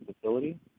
facility